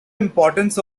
importance